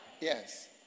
yes